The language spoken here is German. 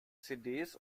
cds